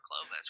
Clovis